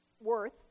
worth